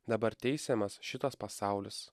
dabar teisiamas šitas pasaulis